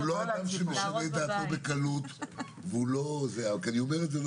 הוא לא אדם שמשנה את דעתו בקלות ואני אומר את זה לא